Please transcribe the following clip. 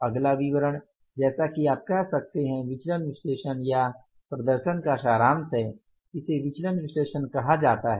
अगला विवरण जैसा कि आप कह सकते हैं विचलन विश्लेषण या प्रदर्शन का सारांश है इसे विचलन विश्लेषण कहा जाता है